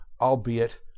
albeit